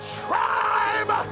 tribe